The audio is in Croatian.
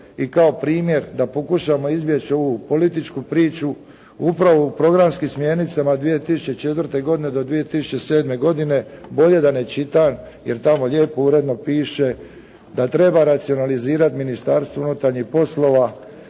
i kao primjer da pokušamo izbjeći ovu političku priču, upravo u programskim smjernicama 2004. godine do 2007. godine bolje da ne čitam jer tamo lijepo uredno piše da treba racionalizirati Ministarstvo unutarnjih poslova,